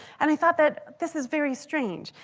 and i thought that this is very strange.